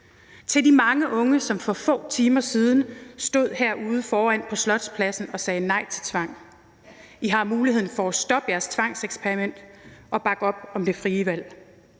til de mange unge, som for få timer siden stod herude foran på Slotspladsen og sagde nej til tvang. I har muligheden for at stoppe jeres tvangseksperiment og bakke op om det frie valg.